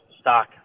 stock